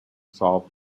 solve